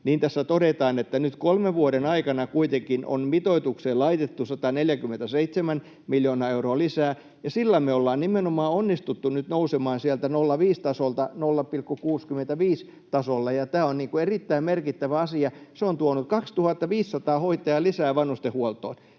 tässä todetaan, että nyt kolmen vuoden aikana kuitenkin on mitoitukseen laitettu 147 miljoonaa euroa lisää. Sillä me ollaan nimenomaan onnistuttu nyt nousemaan sieltä 0,5:n tasolta 0,65:n tasolle, ja tämä on erittäin merkittävä asia. Se on tuonut 2 500 hoitajaa lisää vanhustenhuoltoon.